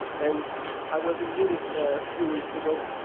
and i was in munich a few weeks ago.